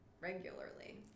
regularly